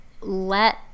let